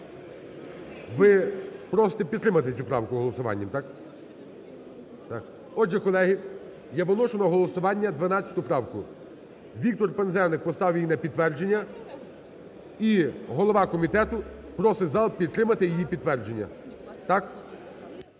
Ви просите підтримати цю правку голосуванням, так? Так. Отже, колеги, я виношу на голосування 12 правку. Віктор Пинзеник поставив її на підтвердження. І голова комітету просить зал підтримати її підтвердження, так?